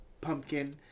pumpkin